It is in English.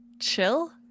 chill